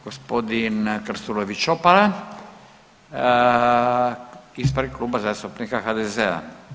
Gospodin Krstulović Opara, ispred Kluba zastupnika HDZ-a.